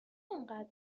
اینقدر